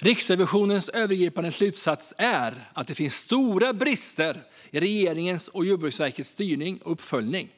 "Den övergripande slutsatsen är att det finns stora brister i regeringens och Jordbruksverkets styrning och uppföljning.